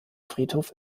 friedhof